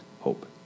hope